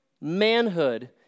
manhood